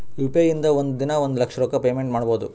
U P I ಇಂದ ಒಂದ್ ದಿನಾ ಒಂದ ಲಕ್ಷ ರೊಕ್ಕಾ ಪೇಮೆಂಟ್ ಮಾಡ್ಬೋದ್